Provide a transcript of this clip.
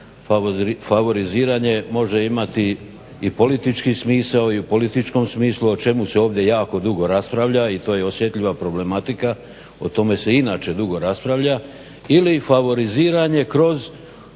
favoriziranje može imati i politički smisao i u političkom smislu o čemu se ovdje jako dugo raspravlja i to je osjetljiva problematika, o tome se inače dugo raspravlja, ili favoriziranje kroz